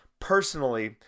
personally